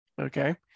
Okay